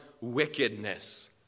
wickedness